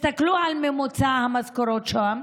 תסתכלו על ממוצע המשכורות שם,